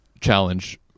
challenge